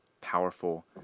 powerful